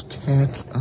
cat's